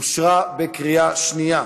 התקבלה בקריאה שנייה.